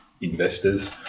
investors